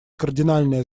кардинальное